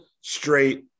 straight